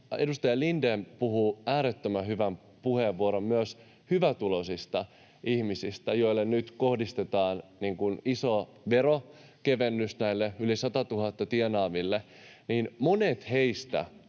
edustaja Lindén puhui äärettömän hyvän puheenvuoron myös hyvätuloisista ihmisistä, joille nyt kohdistetaan iso veronkevennys, näille yli 100 000 tienaaville. Monet heistä